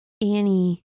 Annie